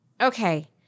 okay